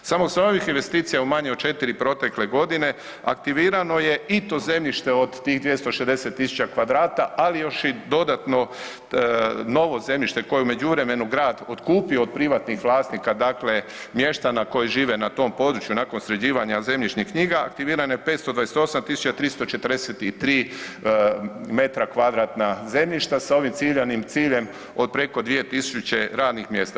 Samo sa ovih investicija u manje od 4 protekle godine, aktivirano je i to zemljište od tih 260 000 kvadrata ali još i dodatno novo zemljište koje je u međuvremenu grad otkupio od privatnih vlasnika, dakle mještana koji žive na tom području nakon sređivanja zemljišnih knjiga, aktivirano je 528 343 m2 zemljišta sa ovim ciljanim ciljem od preko 2000 radnih mjesta.